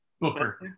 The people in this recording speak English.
Booker